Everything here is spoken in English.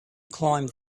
climbed